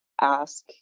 ask